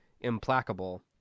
implacable